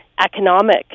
economic